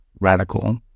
radical